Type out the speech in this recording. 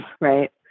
right